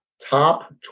top